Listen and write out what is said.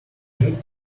need